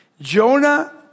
Jonah